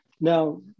Now